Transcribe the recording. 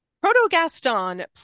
Proto-Gaston